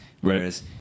Whereas